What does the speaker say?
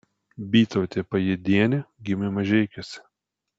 bytautė pajėdienė gimė mažeikiuose